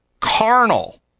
carnal